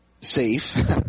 safe